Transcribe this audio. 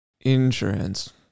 insurance